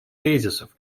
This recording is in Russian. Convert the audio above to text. тезисов